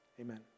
Amen